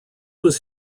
was